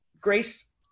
Grace